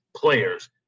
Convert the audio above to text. players